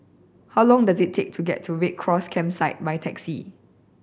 how long does it take to get to Red Cross Campsite by taxi